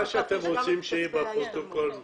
מה שאתם רוצים שיהיה בפרוטוקול מדויק,